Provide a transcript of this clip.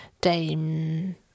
Dame